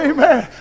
Amen